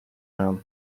man